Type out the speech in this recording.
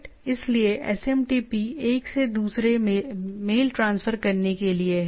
इसलिए SMTP एक से दूसरे में मेल ट्रांसफर करने के लिए है